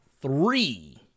three